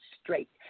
straight